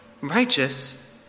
righteous